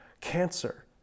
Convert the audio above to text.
cancer